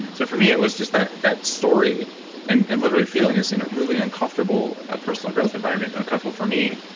so for me it was just that that story and and literally feeling this in a really uncomfortable, ah personal growth environment. uncomfortable for me,